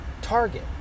target